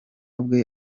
bwe